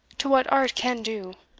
to what art can do.